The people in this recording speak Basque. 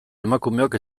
emakumeok